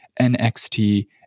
NXT